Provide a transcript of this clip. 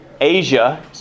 Asia